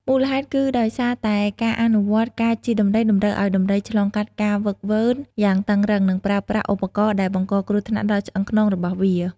មូលហេតុគឺដោយសារតែការអនុវត្តការជិះដំរីតម្រូវឲ្យដំរីឆ្លងកាត់ ការហ្វឹកហ្វឺនយ៉ាងតឹងរ៉ឹង និងប្រើប្រាស់ ឧបករណ៍ដែលបង្កគ្រោះថ្នាក់ដល់ឆ្អឹងខ្នងរបស់វា។